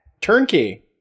Turnkey